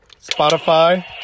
Spotify